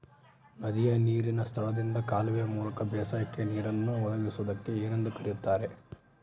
ನದಿಯ ನೇರಿನ ಸ್ಥಳದಿಂದ ಕಾಲುವೆಯ ಮೂಲಕ ಬೇಸಾಯಕ್ಕೆ ನೇರನ್ನು ಒದಗಿಸುವುದಕ್ಕೆ ಏನೆಂದು ಕರೆಯುತ್ತಾರೆ?